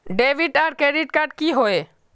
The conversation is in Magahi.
डेबिट आर क्रेडिट कार्ड की होय?